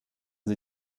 sie